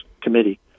committee